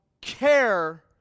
care